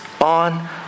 on